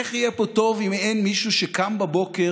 איך יהיה פה טוב אם אין מישהו שקם בבוקר